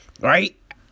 right